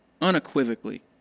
unequivocally